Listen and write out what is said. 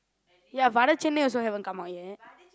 ya but other channel also haven't come out yet